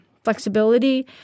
Flexibility